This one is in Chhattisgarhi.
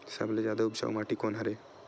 सबले जादा उपजाऊ माटी कोन हरे?